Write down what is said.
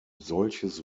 solches